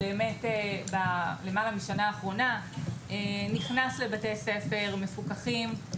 למעלה משנה נכנס לבתי הספר המפוקחים,